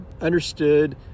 understood